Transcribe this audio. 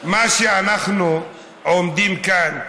מה שאנחנו עומדים בו כאן,